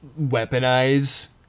weaponize